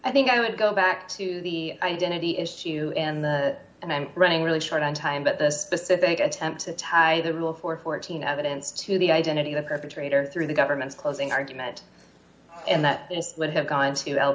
i think i would go back to the identity issue and the and then running really short on time but the specific attempt to tie the rule for fourteen evidence to the identity of the perpetrator through the government's closing argument and that would have gone to al